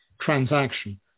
transaction